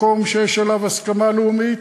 מקום שיש עליו הסכמה לאומית,